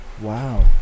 Wow